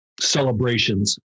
celebrations